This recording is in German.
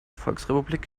volksrepublik